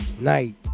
night